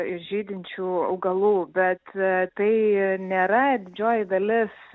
žydinčių augalų bet tai nėra didžioji dalis